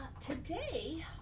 Today